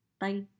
Bye